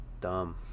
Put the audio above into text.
dumb